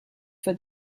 for